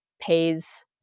pays